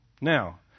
Now